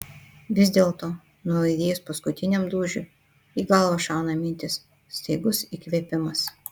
vis dėlto nuaidėjus paskutiniam dūžiui į galvą šauna mintis staigus įkvėpimas